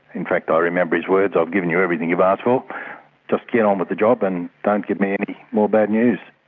in fact i remember his words. i've given you everything you've asked for, just get on with the job and don't give me any more bad news.